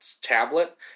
tablet